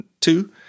two